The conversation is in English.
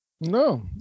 No